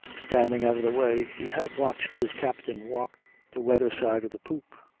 standing out of the way, he had watched his captain walk the weather-side of the poop,